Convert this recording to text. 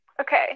Okay